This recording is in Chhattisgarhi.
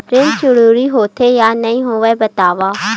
ऋण जरूरी होथे या नहीं होवाए बतावव?